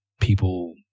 people